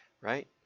Right